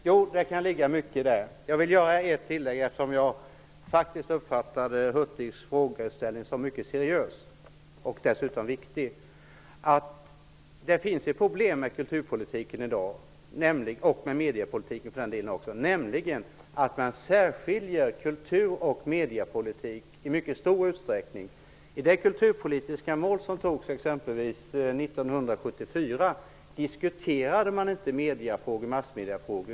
Herr talman! Det ligger mycket i det. Jag vill göra ett tillägg, eftersom jag faktiskt uppfattade Hurtigs frågeställning som mycket seriös och dessutom viktig. Det finns ett problem med kulturpolitiken och för den delen också med mediepolitiken i dag: Man särskiljer i mycket stor utsträckning kulturpolitik och mediepolitik. I de kulturpolitiska mål som antogs 1974 diskuterades inte massmediefrågor.